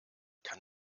kann